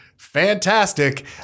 fantastic